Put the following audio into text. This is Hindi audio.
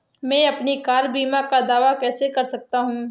मैं अपनी कार बीमा का दावा कैसे कर सकता हूं?